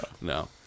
No